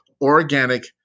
organic